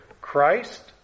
Christ